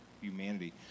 humanity